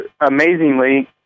amazingly